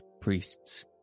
priests